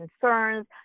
concerns